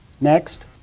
Next